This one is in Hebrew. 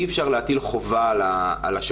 אי אפשר להטיל חובה על השופט,